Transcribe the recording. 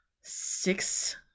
six